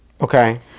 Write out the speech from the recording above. okay